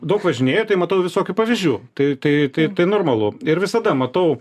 daug važinėju tai matau visokių pavyzdžių tai tai tai tai normalu ir visada matau